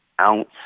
ounce